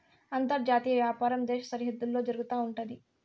అంతర్జాతీయ వ్యాపారం దేశ సరిహద్దుల్లో జరుగుతా ఉంటయి